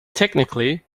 technically